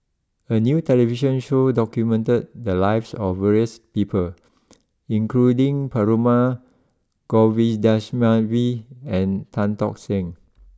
a new television show documented the lives of various people including Perumal Govindaswamy and Tan Tock Seng